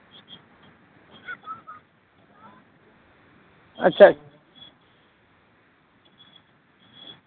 ᱟᱪᱪᱷᱟ